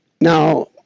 Now